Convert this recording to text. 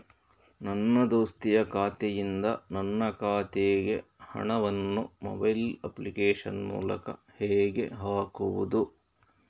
ನನ್ನ ದೋಸ್ತಿಯ ಖಾತೆಯಿಂದ ನನ್ನ ಖಾತೆಗೆ ಹಣವನ್ನು ಮೊಬೈಲ್ ಅಪ್ಲಿಕೇಶನ್ ಮೂಲಕ ಹೇಗೆ ಹಾಕುವುದು?